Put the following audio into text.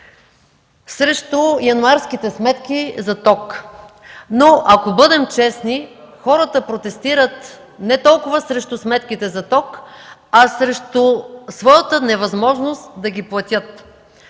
срещу януарските сметки за ток. Ако бъдем честни, хората протестират не толкова срещу сметките за ток, а срещу своята невъзможност да ги платят.